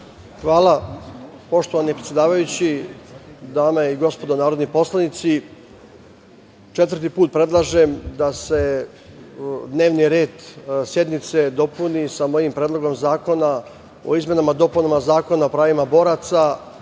Hvala, poštovani predsedavajući. Dame i gospodo narodni poslanici, četvrti put predlažem da se dnevni red sednice dopuni mojim Predlogom zakona o izmenama i dopunama Zakona o pravima boraca,